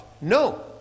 No